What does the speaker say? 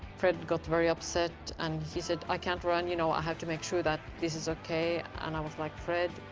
fred got very upset. and he said, i can't run. you know, i have to make sure that this is okay. and i was like, fred,